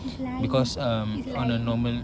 he's lying he's lying